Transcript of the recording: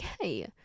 okay